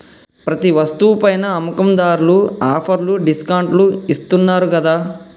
ప్రతి వస్తువు పైనా అమ్మకందార్లు ఆఫర్లు డిస్కౌంట్లు ఇత్తన్నారు గదా